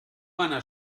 einer